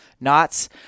knots